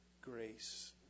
grace